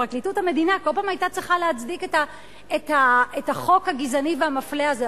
פרקליטות המדינה כל פעם היתה צריכה להצדיק את החוק הגזעני והמפלה הזה,